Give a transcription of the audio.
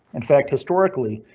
in fact, historically,